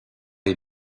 est